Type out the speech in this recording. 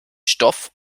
stoff